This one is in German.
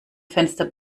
fenster